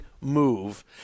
move